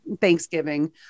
Thanksgiving